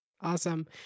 awesome